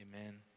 amen